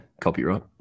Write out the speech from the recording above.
copyright